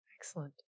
Excellent